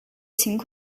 情况